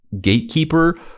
gatekeeper